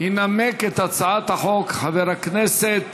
ינמק את הצעת החוק חבר הכנסת